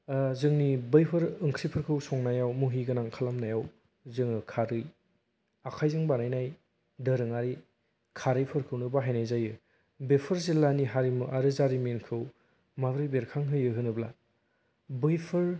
जोंनि बैफोर ओंख्रिफोरखौ संनायाव मुहिगोनां खालामनायाव जोङो खारै आखाइजों बानायनाय दोरोङारि खारैफोरखौनो बाहायनाय जायो बेफोर जिल्लानि हारिमु आरो जारिमिनखौ माबोरै बेरखां होयो होनोब्ला बैफोर